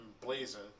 blazing